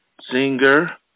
Singer